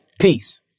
Peace